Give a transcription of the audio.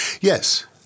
Yes